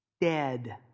dead